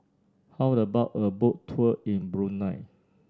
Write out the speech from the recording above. how about a Boat Tour in Brunei